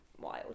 wild